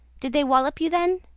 did they wollop you then?